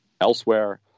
elsewhere